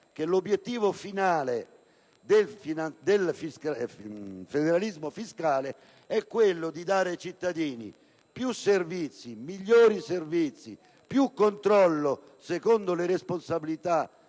l'obiettivo finale del federalismo fiscale sia quello di dare ai cittadini più servizi, migliori servizi e più controllo, secondo le responsabilità